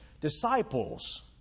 Disciples